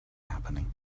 happening